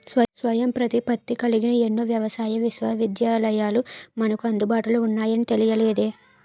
స్వయం ప్రతిపత్తి కలిగిన ఎన్నో వ్యవసాయ విశ్వవిద్యాలయాలు మనకు అందుబాటులో ఉన్నాయని తెలియలేదే